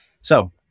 So-